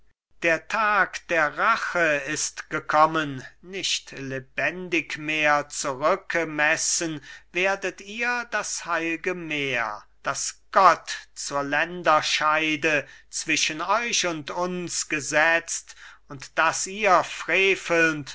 der tag der rache ist gekommen nicht lebendig mehr zurückemessen werdet ihr das heilge meer das gott zur länderscheide zwischen euch und uns gesetzt und das ihr frevelnd